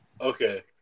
Okay